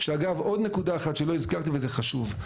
שאגב עוד נקודה אחת שלא הזכרתי וזה חשוב,